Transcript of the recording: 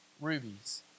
rubies